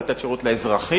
לתת שירות לאזרחים,